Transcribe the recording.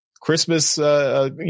Christmas